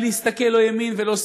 בלי להסתכל לא ימין ולא שמאל,